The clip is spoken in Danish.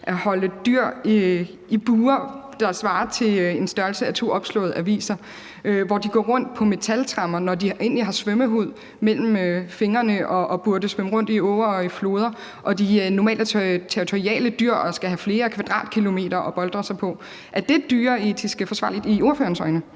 at holde dyr i bure, der svarer til en størrelse af to opslåede aviser, og hvor de går rundt på metaltremmer, selv om de egentlig har svømmehud mellem tæerne og burde svømme rundt i åer og i floder og normalt er territoriale dyr, der skal have flere kvadratkilometer at boltre sig på? Er det i ordførerens øjne